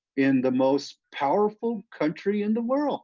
in the most powerful country in the world